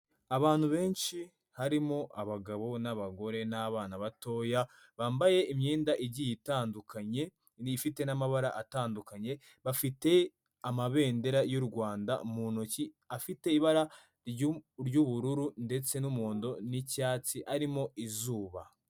Abantu benshi harimo abagabo n'abagore n'abana batoya bambaye imyenda igiye itandukanye n'ifite n'amabara atandukanye bafite amabendera y'u rwanda mu ntoki afite ibara ry'ubururu ndetse n'umuhondo n'icyatsi arimo izuba.